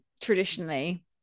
traditionally